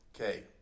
okay